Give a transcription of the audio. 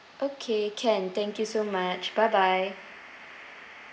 okay can thank you so much bye bye